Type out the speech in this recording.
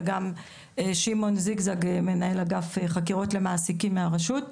וגם שמעון זיגזג מנהל אגף חקירות למעסיקים מהרשות,